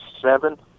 seven